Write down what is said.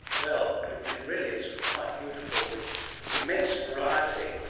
well, it really is quite beautiful, with immense variety,